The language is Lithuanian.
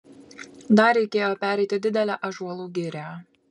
dar reikėjo pereiti didelę ąžuolų girią